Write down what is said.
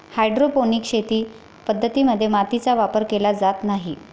hydroponic शेती पद्धतीं मध्ये मातीचा वापर केला जात नाही